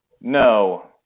No